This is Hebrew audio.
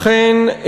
אכן,